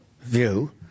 view